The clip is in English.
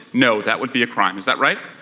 no, that would be a crime. is that right?